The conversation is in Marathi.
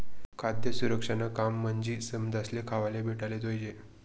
खाद्य सुरक्षानं काम म्हंजी समदासले खावाले भेटाले जोयजे